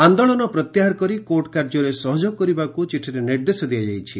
ଆନ୍ଦୋଳନ ପ୍ରତ୍ୟାହାର କରି କୋର୍ଟ କାର୍ଯ୍ୟରେ ସହଯୋଗ କରିବାକୁ ଚିଠିରେ ନିର୍ଦ୍ଦେଶ ଦିଆଯାଇଛି